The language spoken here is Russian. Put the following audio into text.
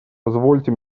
позвольте